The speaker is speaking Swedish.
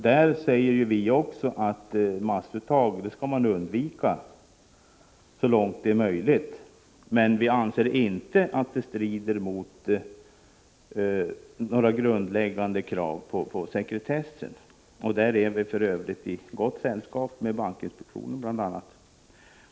Vi anser också att massuttag skall undvikas så långt det är möjligt, men vi menar inte att sådana uttag strider mot några grundläggande krav på sekretess. På den punkten är vi för övrigt i gott sällskap med bl.a. bankinspektionen.